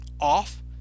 off